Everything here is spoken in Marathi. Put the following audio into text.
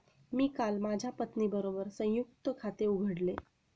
मी काल माझ्या पत्नीबरोबर संयुक्त खाते उघडले